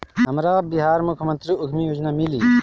हमरा बिहार मुख्यमंत्री उद्यमी योजना मिली?